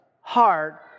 heart